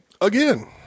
Again